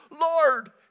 Lord